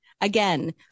Again